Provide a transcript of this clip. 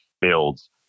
builds